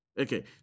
Okay